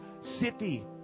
city